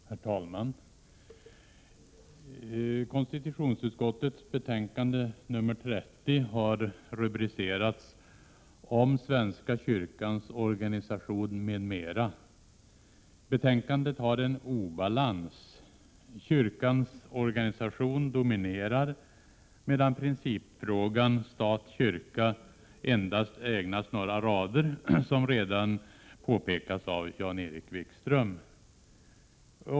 Herr talman! Konstitutionsutskottets betänkande nr 30 har rubricerats ”om svenska kyrkans organisation m.m.”. Betänkandet har en obalans. Kyrkans organisation dominerar, medan principfrågan stat-kyrka endast ägnas några rader, som redan har påpekats av Jan-Erik Wikström.